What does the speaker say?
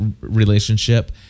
relationship